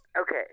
Okay